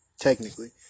technically